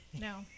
No